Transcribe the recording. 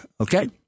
Okay